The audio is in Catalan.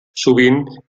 sovint